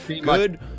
Good